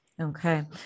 Okay